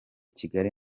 kigali